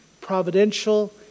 providential